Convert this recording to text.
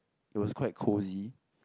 it was quite cozy